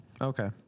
Okay